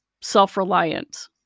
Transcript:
self-reliant